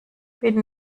bin